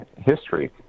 history